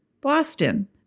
Boston